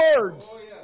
words